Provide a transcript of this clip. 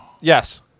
Yes